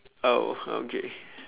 oh okay